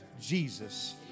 Jesus